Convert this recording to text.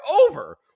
over